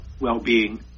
well-being